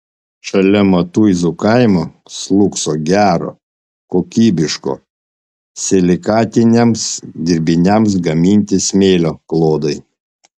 šalia matuizų kaimo slūgso gero kokybiško silikatiniams dirbiniams gaminti smėlio klodai